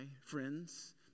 friends